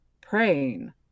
praying